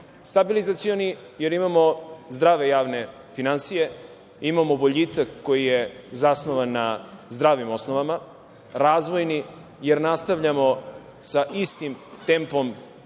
Stabilizacioni je jer imamo zdrave javne finansije. Imamo boljitak koji je zasnovan na zdravim osnovama. Razvojni je jer nastavljamo sa istim tempom